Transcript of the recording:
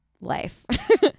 life